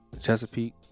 Chesapeake